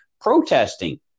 protesting